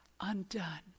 undone